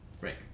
Break